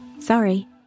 Sorry